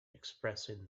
expressing